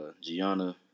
Gianna